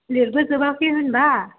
लिरबो जोबाखै होनबा